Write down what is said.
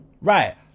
Right